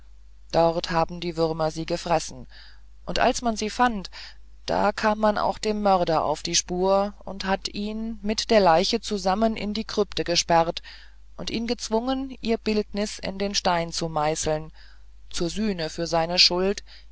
dort haben sie die würmer gefressen und als man sie fand da kam man auch dem mörder auf die spur und hat ihn mit der leiche zusammen in die krypte gesperrt und ihn gezwungen ihr bildnis in den stein zu meißeln zur sühne für seine schuld